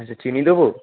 আচ্ছা চিনি দেবো